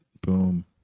Boom